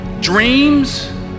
dreams